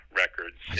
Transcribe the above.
records